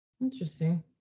Interesting